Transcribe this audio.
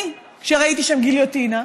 אני, כשראיתי שם גיליוטינה,